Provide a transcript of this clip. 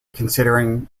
considering